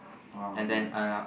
!wow! nice